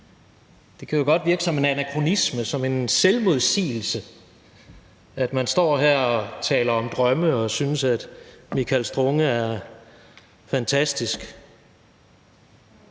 Det kan jo godt virke som en anakronisme, som en selvmodsigelse, at man står her og taler om drømme og synes, at Michael Strunge er fantastisk,